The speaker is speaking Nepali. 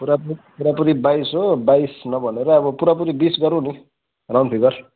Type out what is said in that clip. पुरापु पुरापुरी बाइस हो बाइस नभनेर अब पुरापुरी बिस गर्नु नि राउन्ड फिगर